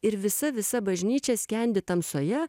ir visa visa bažnyčia skendi tamsoje